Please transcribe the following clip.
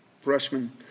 freshman